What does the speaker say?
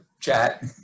chat